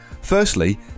firstly